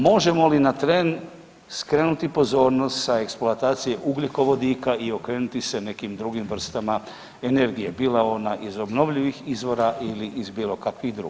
Možemo li na tren skrenuti pozornost sa eksploatacije ugljikovodika i okrenuti se nekim drugim vrstama energije, bila ona iz obnovljivih izvora ili iz bilo kakvih drugih?